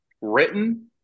written